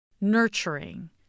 nurturing